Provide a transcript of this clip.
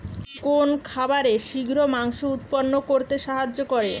কোন খাবারে শিঘ্র মাংস উৎপন্ন করতে সাহায্য করে?